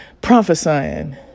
prophesying